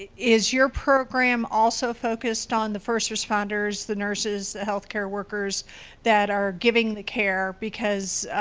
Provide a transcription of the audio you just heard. is your program also focused on the first responders, the nurses, healthcare workers that are giving the care because,